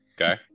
Okay